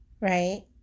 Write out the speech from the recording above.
right